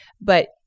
But-